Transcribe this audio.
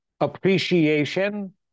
appreciation